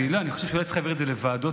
אני חושב שאולי צריך להעביר את זה לוועדות.